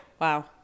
Wow